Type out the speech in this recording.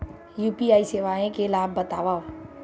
UPI सेवाएं के लाभ बतावव?